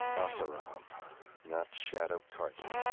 so um not shadow carja.